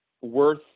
worth